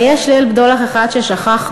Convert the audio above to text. אבל יש "ליל בדולח" אחד ששכחנו,